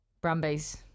Brumbies